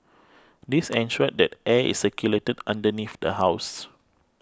this ensured that air is circulated underneath the house